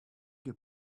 your